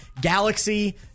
Galaxy